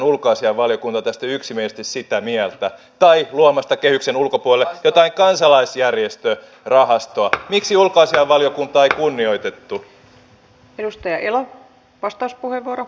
haluaisin kysyä tästä millä tavalla nyt varmistetaan että tämä johtaa myös konkreettisesti sellaisiin tuloksiin kuin pariisinkin sopimus edellyttää